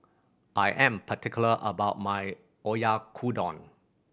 I am particular about my Oyakodon